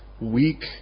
weak